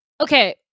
okay